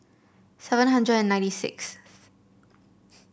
seven hundred and ninety sixth